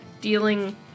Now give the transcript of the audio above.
dealing